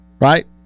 Right